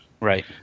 right